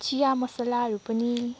चिया मसालाहरू पनि